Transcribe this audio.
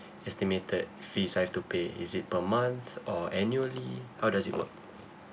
estimated fees I've to pay is it per month or annually how does it work